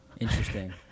Interesting